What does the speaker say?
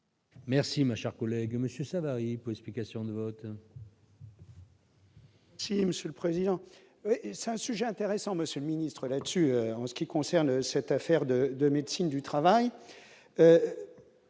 Merci, ma chère collègue Monsieur Savary pose plus question de vote.